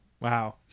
Wow